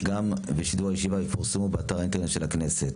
ושידור הישיבה יפורסמו באתר האינטרנט של הכנסת.